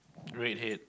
redhead